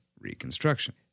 Reconstruction